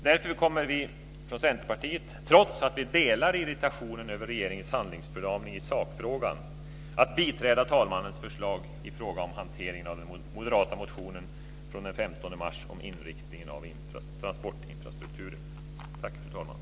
Därför kommer vi från Centerpartiet, trots att vi delar irritationen över regeringens handlingsförlamning i sakfrågan, att biträda talmannens förslag i fråga om hanteringen av den moderata motionen från den 15 mars om inriktningen av transportinfrastrukturen.